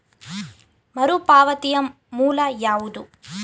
ಮರುಪಾವತಿಯ ಮೂಲ ಯಾವುದು?